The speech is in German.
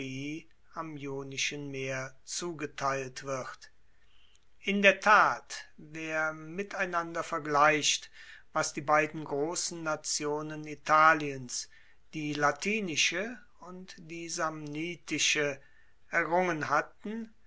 ionischen meer zugeteilt wird in der tat wer miteinander vergleicht was die beiden grossen nationen italiens die latinische und die samnitische errungen hatten